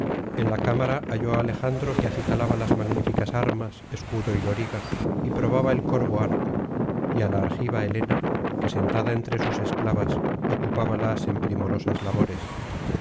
en la cámara halló á alejandro que acicalaba las magníficas armas escudo y loriga y probaba el corvo arpo y á la argiva helena que sentada entre sus esclavas ocupábalas en primorosas labores